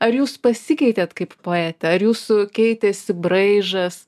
ar jūs pasikeitėt kaip poetė ar jūsų keitėsi braižas